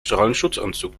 strahlenschutzanzug